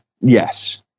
yes